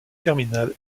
terminal